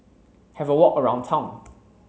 have a walk around town